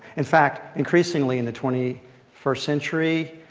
in fact, increasingly in the twenty first century,